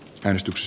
painostus